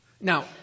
Now